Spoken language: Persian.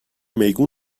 میگو